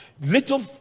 Little